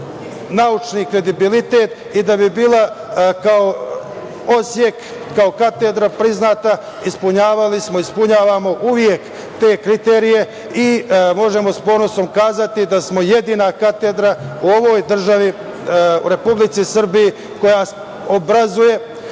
naučni kredibilitet i da bi bila kao odsek, kao katedra priznata ispunjavali smo, ispunjavamo uvek te kriterijume i možemo s ponosom reći da smo jedina katedra u ovoj državi, u Republici Srbiji, koja obrazuje